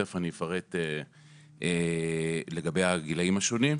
תיכף אני אפרט לגבי הגילאים השונים.